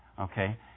okay